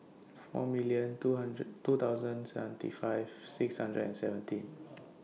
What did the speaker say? four million two hundred two thousand seventy five six hundred and seventeen